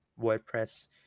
WordPress